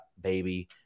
baby